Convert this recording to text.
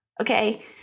okay